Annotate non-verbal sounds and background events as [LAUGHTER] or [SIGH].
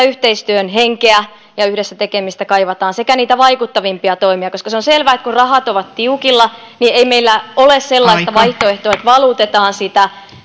[UNINTELLIGIBLE] yhteistyön henkeä ja yhdessä tekemistä kaivataan sekä niitä vaikuttavimpia toimia koska se on selvää että kun rahat ovat tiukilla niin ei meillä ole sellaista vaihtoehtoa että valutetaan